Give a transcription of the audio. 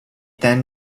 then